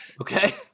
Okay